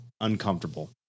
uncomfortable